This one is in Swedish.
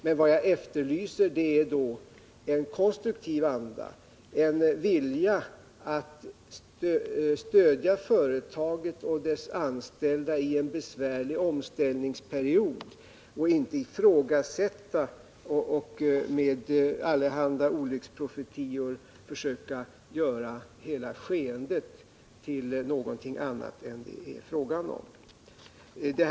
Men vad jag efterlyser är en konstruktiv anda, en vilja att stödja företaget och dess anställda ien Nr 57 besvärlig omställningsperiod — inte att ifrågasätta och med allehanda Tisdagen den olycksprofetior försöka göra hela skeendet till någonting annat än vad det 18 december 1979 är.